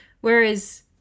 Whereas